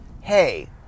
hey